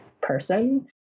person